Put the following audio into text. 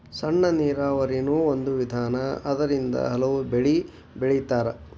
ಸಣ್ಣ ನೇರಾವರಿನು ಒಂದ ವಿಧಾನಾ ಅದರಿಂದ ಹಲವು ಬೆಳಿ ಬೆಳಿತಾರ